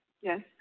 Yes